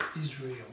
Israel